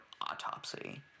Autopsy